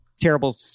terrible